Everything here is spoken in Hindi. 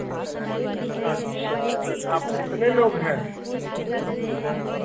अच्छा आप कितने लोग हैं